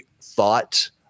thought